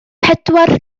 pedwar